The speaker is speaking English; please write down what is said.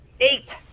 Eight